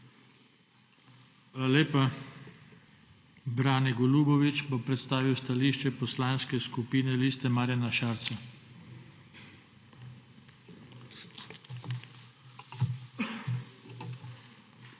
lepa. Brane Golubović bo predstavil stališče Poslanske skupine Liste Marjana Šarca.